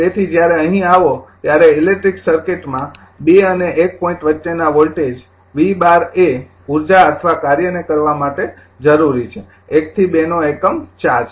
તેથી જ્યારે અહીં આવો ત્યારે ઇલેક્ટ્રિક સર્કિટમાં ૨ અને ૧ પોઇન્ટ વચ્ચેના વોલ્ટેજ V૧૨ એ ઉર્જા અથવા કાર્યને કરવા માટે જરૂરી છે ૧ થી ૨ નો એકમ ચાર્જ